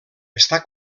està